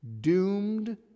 doomed